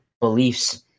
beliefs